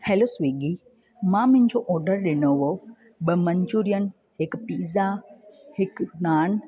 hello Swiggy मां मुंहिंजो order ॾिनो हुओ ॿ मंचुरियन हिकु पिज़्ज़ा हिकु नान